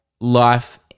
life